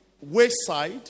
wayside